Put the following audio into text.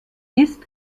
ist